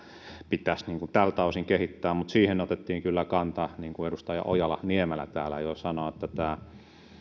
pitäisi tältä osin kehittää mutta siihen otettiin kyllä kanta niin kuin edustaja ojala niemelä täällä jo sanoi että